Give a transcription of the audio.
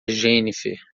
jennifer